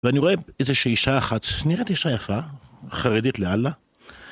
ואני רואה איזושהי אישה אחת, נראית אישה יפה, חרדית לאללה.